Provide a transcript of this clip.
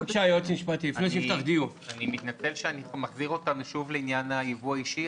אני מתנצל שאני מחזיר אותנו שוב לעניין הייבוא האישי.